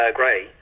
gray